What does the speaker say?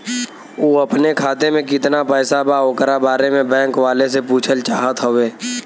उ अपने खाते में कितना पैसा बा ओकरा बारे में बैंक वालें से पुछल चाहत हवे?